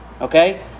Okay